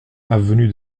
avenue